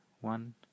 one